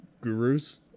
gurus